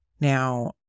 Now